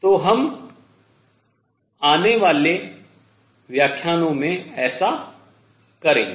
तो हम आने वाले व्याख्यानों में ऐसा करेंगे